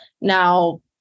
Now